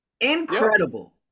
Incredible